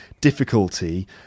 difficulty